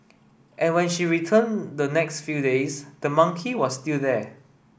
and when she returned the next few days the monkey was still there